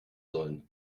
sollen